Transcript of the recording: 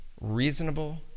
reasonable